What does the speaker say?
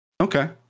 Okay